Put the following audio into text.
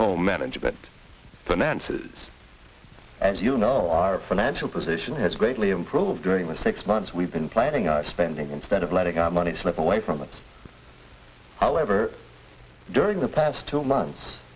home management finances and you know our financial position has greatly improved during the six months we've been planning on spending instead of letting our money snip away from us out never during the past two months